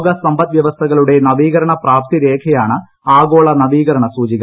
ലോക സമ്പദ് വൃവസ്ഥകളുടെ നവീകരണ പ്രാപ്തി രേഖയാണ് ആഗോള നവീകരണ സൂചിക